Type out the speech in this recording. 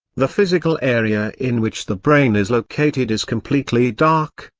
the physical area in which the brain is located is completely dark,